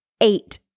eight